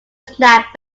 snack